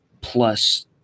Plus